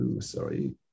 Sorry